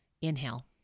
Inhale